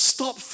Stop